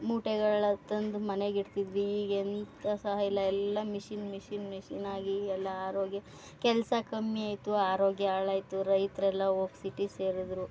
ಮೂಟೆಗಳಲ್ಲಿ ತಂದು ಮನೆಗಿಡ್ತಿದ್ವಿ ಈಗೆಂತ ಸಹ ಇಲ್ಲ ಎಲ್ಲ ಮಿಷಿನ್ ಮಿಷಿನ್ ಮಿಷಿನಾಗಿ ಎಲ್ಲ ಆರೋಗ್ಯ ಕೆಲಸ ಕಮ್ಮಿಯಾಯತು ಆರೋಗ್ಯ ಹಾಳಾಯಿತು ರೈತರೆಲ್ಲ ಹೋಗಿ ಸಿಟಿ ಸೇರಿದ್ರೂ